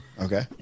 Okay